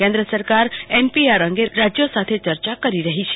કેન્દ્ર સરકાર એનપીઆર અંગે રાજ્યો સાથે ચર્ચા કરી રહી છે